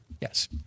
Yes